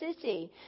city